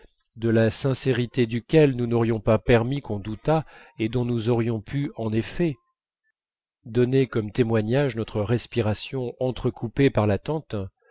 de la sincérité duquel nous n'aurions pas permis qu'on doutât et dont nous aurions pu en effet donner comme témoignage notre respiration entrecoupée par l'attente